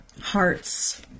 heart's